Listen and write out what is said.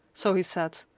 so he said,